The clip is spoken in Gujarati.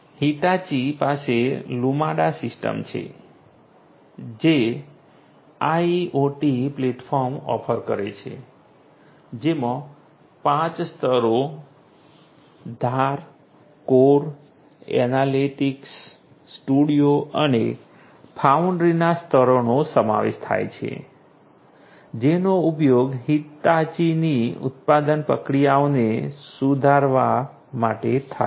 હિતાચી પાસે લુમાડા સિસ્ટમ છે જે IoT પ્લેટફોર્મ ઓફર કરે છે જેમાં 5 સ્તરો ધાર કોર એનાલિટિક્સ સ્ટુડિયો અને ફાઉન્ડ્રીના સ્તરોનો સમાવેશ થાય છે જેનો ઉપયોગ હિતાચીની ઉત્પાદન પ્રક્રિયાઓને સુધારવા માટે થાય છે